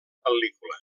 pel·lícula